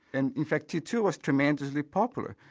and in fact t two was tremendously popular,